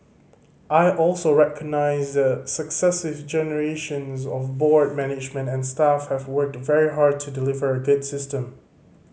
I also recognise that successive generations of board management and staff have worked very hard to deliver a good system